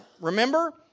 remember